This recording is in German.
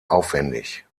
aufwendig